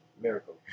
miracle